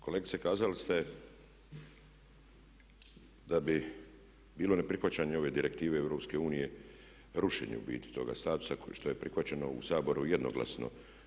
Kolegice kazali ste da bi bilo neprihvaćanje ove direktive EU rušenje u biti toga statusa što je prihvaćeno u Saboru jednoglasno.